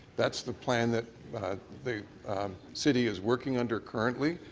that's the plan that the city is working under currently.